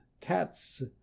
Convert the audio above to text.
cats